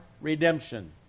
redemption